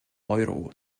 euro